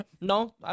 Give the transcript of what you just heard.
No